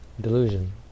Delusion